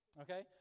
okay